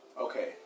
Okay